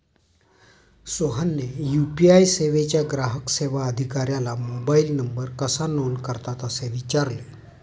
सोहनने यू.पी.आय सेवेच्या ग्राहक सेवा अधिकाऱ्याला मोबाइल नंबर कसा नोंद करतात असे विचारले